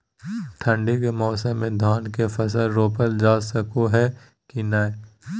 ठंडी के मौसम में धान के फसल रोपल जा सको है कि नय?